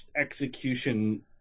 execution